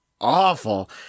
awful